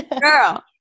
girl